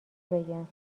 بگم